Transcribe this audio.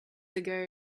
ago